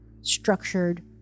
structured